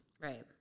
Right